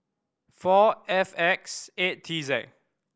four F X eight T Z